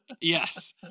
Yes